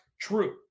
true